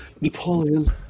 Napoleon